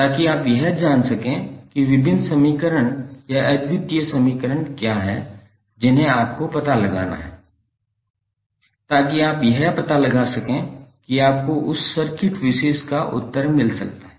ताकि आप यह जान सकें कि विभिन्न समीकरण या अद्वितीय समीकरण क्या हैं जिन्हें आपको पता लगाना है ताकि आप यह पता लगा सकें कि आपको उस सर्किट विशेष का उत्तर मिल सकता है